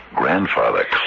Grandfather